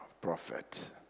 prophet